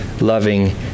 loving